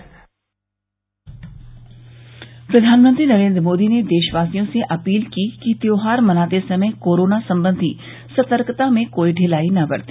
प्रधानमंत्री नरेन्द्र मोदी ने देशवासियों से अपील की कि त्योहार मनाते समय कोरोना संबंधी सतर्कता में कोई ढिलाई न बरते